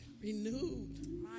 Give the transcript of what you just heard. renewed